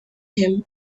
him